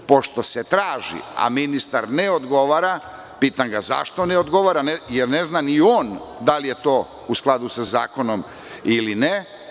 Pošto se traži, a ministar ne odgovara, pitam ga – zašto ne odgovara, jer ne zna ni on da li je to u skladu sa zakonom ili ne?